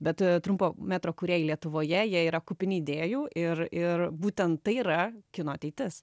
bet trumpo metro kūrėjai lietuvoje jie yra kupini idėjų ir ir būtent tai yra kino ateitis